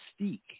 mystique